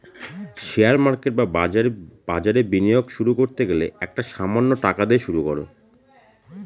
share market বা বাজারে বিনিয়োগ শুরু করতে গেলে একটা সামান্য টাকা দিয়ে শুরু করো